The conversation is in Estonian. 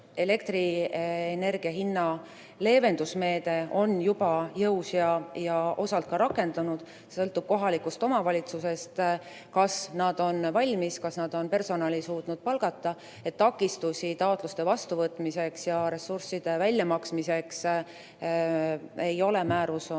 Elektrienergia hinna leevenduse meede on juba jõus ja osalt ka rakendunud. Sõltub kohalikust omavalitsusest, kas nad on valmis, kas nad on personali suutnud palgata. Takistusi taotluste vastuvõtmiseks ja ressursside väljamaksmiseks ei ole. Määrus on